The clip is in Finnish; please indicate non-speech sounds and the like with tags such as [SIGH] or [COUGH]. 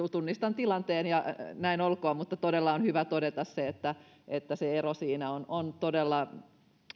[UNINTELLIGIBLE] on tunnistan tilanteen ja näin olkoon todella on hyvä todeta että että ero siinä on on todella